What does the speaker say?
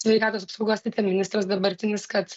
sveikatos apsaugos viceministras dabartinis kad